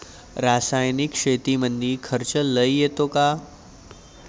रासायनिक शेतीमंदी खर्च लई येतो का?